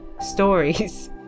stories